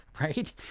right